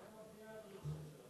מה עם הבנייה בירושלים?